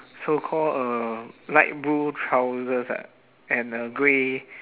so call uh light blue trousers ah and a grey